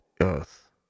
earth